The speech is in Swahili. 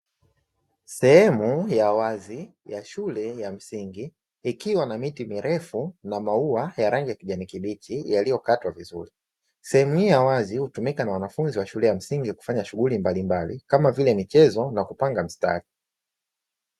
Sehemu ya wazi ya shule ya msingi, ikiwa na miti mirefu ya maua ya rangi ya kijani kibichi yaliyopandwa vizuri. Sehemu hii ya wazi huletwa wanafunzi wa shule ya msingi kufanya shughuli mbalimbali kama vile michezo na kupangwa mstari.